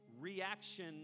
reaction